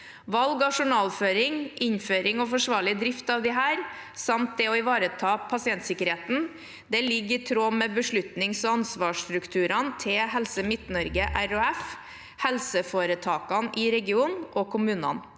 Valg av journalløsning, innføring og forsvarlig drift av disse samt ivaretakelse av pasientsikkerheten ligger i tråd med beslutnings- og ansvarsstrukturer til Helse Midt-Norge RHF, helseforetakene i regionen og kommunene.